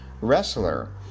wrestler